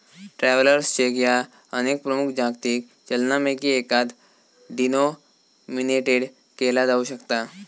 travellers cheque ह्या अनेक प्रमुख जागतिक चलनांपैकी एकात डिनोमिनेटेड केला जाऊ शकता